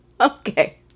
Okay